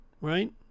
right